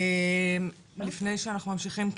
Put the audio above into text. לפני שאנחנו ממשיכים,